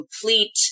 complete